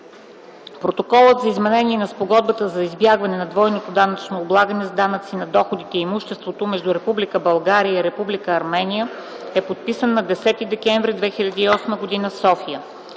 Протоколът за изменение на Спогодбата за избягване на двойното данъчно облагане с данъци на доходите и имуществото между Република България и Република Армения е подписан на 10 декември 2008 г. в София.